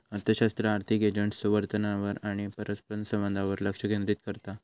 अर्थशास्त्र आर्थिक एजंट्सच्यो वर्तनावर आणि परस्परसंवादावर लक्ष केंद्रित करता